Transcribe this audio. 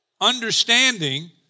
understanding